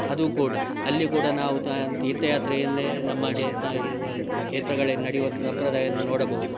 ಅದು ಕೂಡ ಅಲ್ಲಿ ಕೂಡ ನಾವು ತೀರ್ಥಯಾತ್ರೆಯನ್ನೇ ನಮಗೆ ಸಹ ಕ್ಷೇತ್ರಗಳಲ್ಲಿ ನಡೆಯುವಂಥ ಸಂಪ್ರದಾಯವನ್ನು ನೋಡಬಹುದು